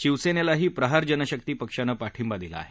शिवसेनेलाही प्रहार जनशक्ती पक्षानं पाठिंबा दिला आहे